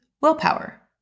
willpower